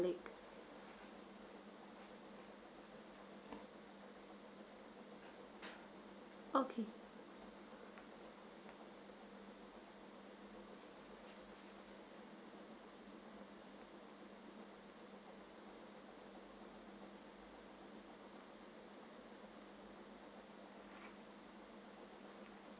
garlic okay